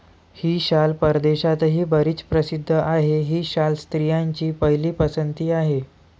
ही शाल परदेशातही बरीच प्रसिद्ध आहे, ही शाल स्त्रियांची पहिली पसंती आहे